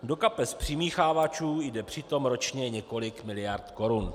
Do kapes přimíchávačů jde přitom ročně několik miliard korun.